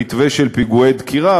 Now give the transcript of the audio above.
במתווה של פיגועי דקירה.